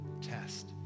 test